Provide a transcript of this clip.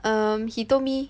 um he told me